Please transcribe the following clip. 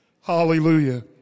Hallelujah